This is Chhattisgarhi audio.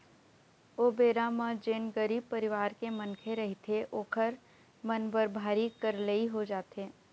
ओ बेरा म जेन गरीब परिवार के मनखे रहिथे ओखर मन बर भारी करलई हो जाथे